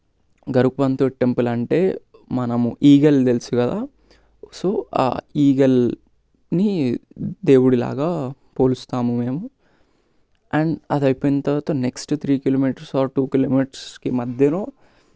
గరుత్మంతుడి temple అంటే మనము eagle తెలుసు కదా సో ఆ ఈగల్ని దేవుడిలాగా పోలుస్తాము మేము అండ్ అది అయిపోయిన తర్వాత త్రీ కిలోమీటర్స్ ఆర్ టూ కిలోమీటర్స్కి మధ్యలో